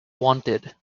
wanted